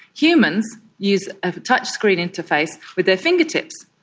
humans use a touchscreen interface with their fingertips,